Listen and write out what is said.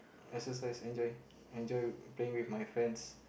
exercise enjoying enjoying believe with my friends